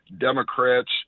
Democrats